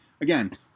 Again